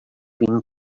been